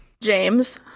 James